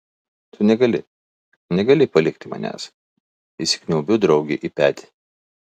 tu negali negali palikti manęs įsikniaubiu draugei į petį